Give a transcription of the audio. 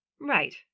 Right